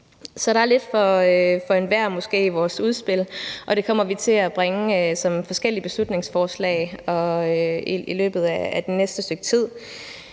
Så der er lidt for enhver, måske, i vores udspil, og det kommer vi til at bringe som forskellige beslutningsforslag i løbet af det næste stykke tid,